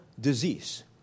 disease